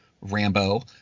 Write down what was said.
rambo